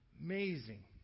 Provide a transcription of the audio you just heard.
Amazing